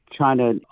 China